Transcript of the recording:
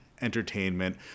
entertainment